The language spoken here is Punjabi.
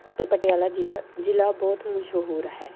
ਅਤੇ ਪਟਿਆਲਾ ਜੀ ਦਾ ਜ਼ਿਲ੍ਹਾ ਬਹੁਤ ਮਸ਼ਹੂਰ ਹੈ